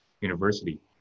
University